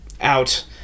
out